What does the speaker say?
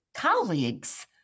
Colleagues